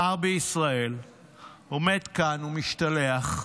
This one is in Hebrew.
שר בישראל עומד כאן ומשתלח.